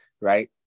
Right